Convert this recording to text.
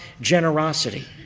generosity